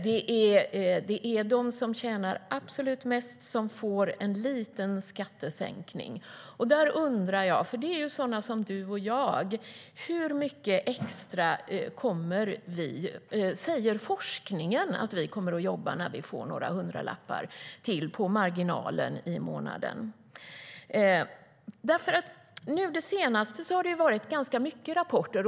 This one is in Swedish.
Det är de som tjänar absolut mest som får en liten skattesänkning. Det är sådana som du och jag. Jag undrar hur mycket extra forskningen säger att vi kommer att jobba när vi får några hundralappar till på marginalen i månaden. På den senaste tiden har det kommit ganska många rapporter.